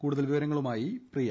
കൂടുതൽ വിവരങ്ങളുമായി പ്രിയ